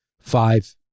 five